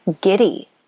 giddy